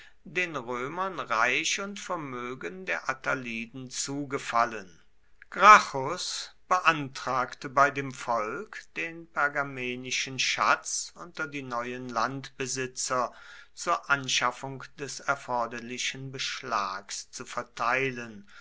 den römern reich und vermögen der attaliden zugefallen gracchus beantragte bei dem volk den pergamenischen schatz unter die neuen landbesitzer zur anschaffung des erforderlichen beschlags zu verteilen